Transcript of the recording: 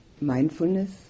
mindfulness